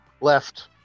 left